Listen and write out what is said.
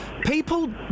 people